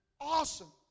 awesome